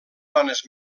dones